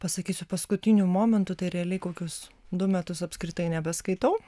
pasakysiu paskutiniu momentu tai realiai kokius du metus apskritai nebeskaitau